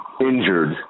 injured